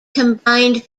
combined